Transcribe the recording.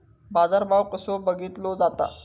बाजार भाव कसो बघीतलो जाता?